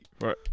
Right